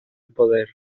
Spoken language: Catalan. poder